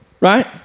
right